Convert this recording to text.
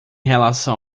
relação